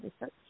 research